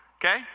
okay